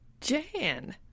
Jan